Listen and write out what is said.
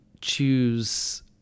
choose